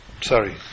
sorry